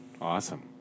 Awesome